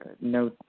no